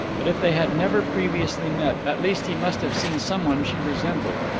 but if they had never previously met, at least he must have seen some one she resembled.